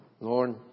Lord